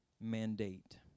mandate